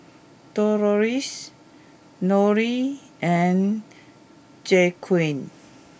Delois Lonie and Jaquez